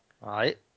Right